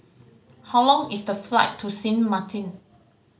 how long is the flight to Sint Maarten